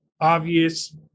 obvious